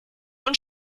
und